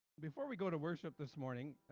before we go to worship this morning,